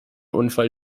unfall